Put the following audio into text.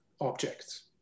objects